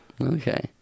Okay